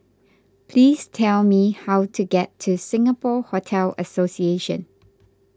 please tell me how to get to Singapore Hotel Association